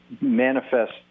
manifest